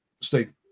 Steve